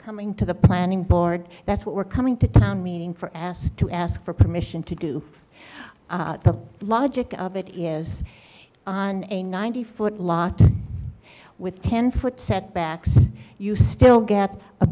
coming to the planning board that's what we're coming to town meeting for ask to ask for permission to do the logic of it is on a ninety foot lot with ten foot setbacks you still get a